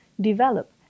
develop